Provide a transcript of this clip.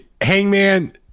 Hangman